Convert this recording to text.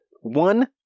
One